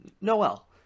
Noel